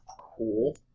Cool